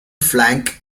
flank